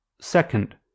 second